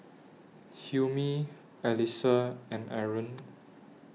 Hilmi Alyssa and Aaron